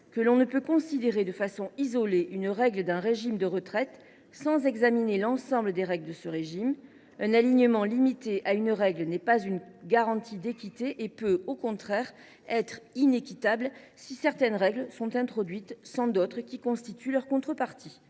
:« On ne peut considérer de façon isolée une règle d’un régime de retraite sans examiner l’ensemble des règles de ce régime : un alignement limité à une règle n’est pas une garantie d’équité et peut au contraire être inéquitable si certaines règles sont introduites sans d’autres qui constituent leur contrepartie.